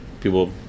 people